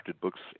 books